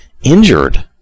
injured